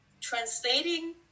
translating